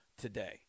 today